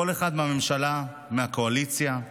כל אחד מהממשלה, מהקואליציה,